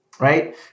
right